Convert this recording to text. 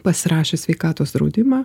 pasirašę sveikatos draudimą